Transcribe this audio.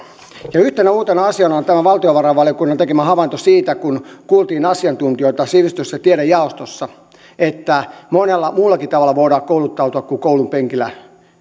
yhtenä uutena asiana on tämä valtiovarainvaliokunnan tekemä havainto siitä kun kuultiin asiantuntijoita sivistys ja tiedejaostossa että monella muullakin tavalla voidaan kouluttautua kuin koulunpenkillä